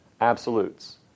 absolutes